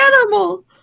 animal